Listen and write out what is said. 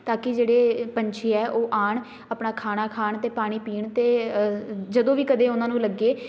ਤਾਂ ਕਿ ਜਿਹੜੇ ਪੰਛੀ ਹੈ ਉਹ ਆਉਣ ਆਪਣਾ ਖਾਣਾ ਖਾਣ ਅਤੇ ਪਾਣੀ ਪੀਣ ਅਤੇ ਜਦੋਂ ਵੀ ਕਦੇ ਉਹਨਾਂ ਨੂੰ ਲੱਗੇ